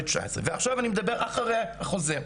עכשיו אני מדבר על מה שקורה אחרי החוזר: